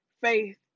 faith